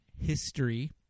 history